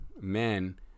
men